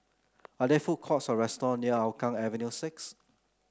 are there food courts or restaurant near Hougang Avenue six